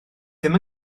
ddim